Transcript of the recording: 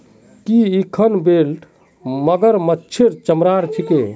की इखन बेल्ट मगरमच्छेर चमरार छिके